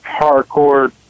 hardcore